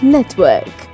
Network